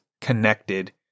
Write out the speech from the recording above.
connected